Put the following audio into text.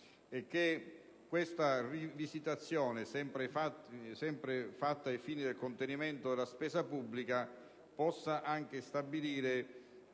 e che questa rivisitazione, sempre ai fini del contenimento della spesa pubblica, possa stabilire